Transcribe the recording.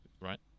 right